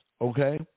okay